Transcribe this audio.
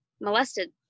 molested